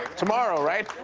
tomorrow, right?